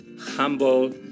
humble